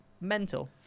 mental